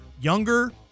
younger